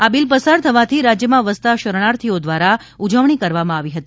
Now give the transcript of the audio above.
આ બિલ પસાર થવાથી રાજ્યમાં વસતા શરણાર્થીઓ દ્વારા ઉજવણી કરવામાં આવી હતી